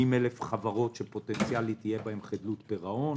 אלף חברות שיהיה בהם פוטנציאל לחדלות פירעון.